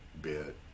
bit